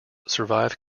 survive